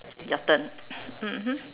your turn mmhmm